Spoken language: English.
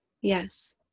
yes